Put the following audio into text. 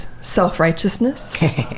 self-righteousness